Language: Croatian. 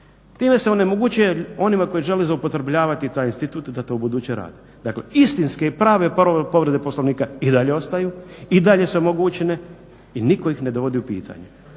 Time se onemogućuje onima koji žele zloupotrebljavati taj institut da to ubuduće radi. Dakle istinske i prave povrede Poslovnika i dalje ostaju i dalje su omogućene i nitko ih ne vodi u pitanje